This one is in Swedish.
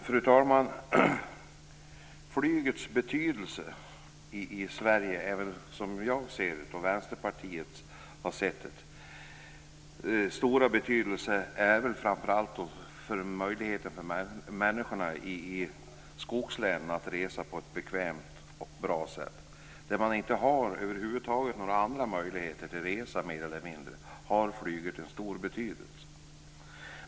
Fru talman! Flygets stora betydelse i Sverige gäller som jag ser det, och som Vänsterpartiet har sett det, framför allt möjligheterna för människor i skogslänen att resa på ett bekvämt och bra sätt. Där man mer eller mindre inte har några andra möjligheter att resa har flyget en stor betydelse.